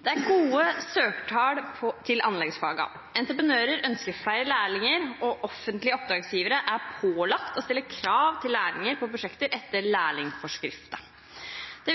Det